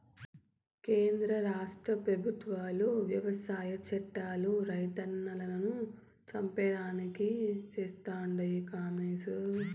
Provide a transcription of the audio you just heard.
కేంద్ర రాష్ట్ర పెబుత్వాలు వ్యవసాయ చట్టాలు రైతన్నలను చంపేదానికి చేస్తండాయి కామోసు